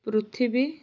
ପୃଥିବୀ